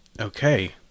Okay